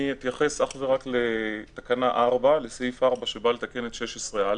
אני אתייחס אך ורק לסעיף 4 שבא לתקן את תקנה 16א,